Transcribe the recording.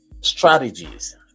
strategies